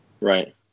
Right